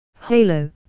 Halo